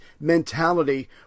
mentality